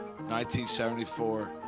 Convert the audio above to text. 1974